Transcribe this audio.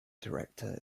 director